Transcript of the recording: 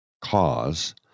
cause